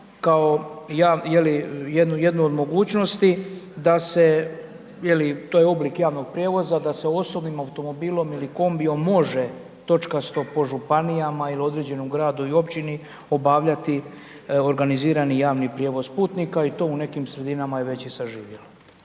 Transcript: kao jednu od mogućnosti, da se je li, to je oblik javnog prijevoza, da se osobnim automobilom ili kombijem može točkasto, po županijama ili određenom gradu i općini obavljati organizirani javni prijevoz putnika i to je u nekim sredinama već i suživjelo.